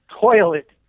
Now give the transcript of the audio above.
toilet